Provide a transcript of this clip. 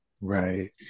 Right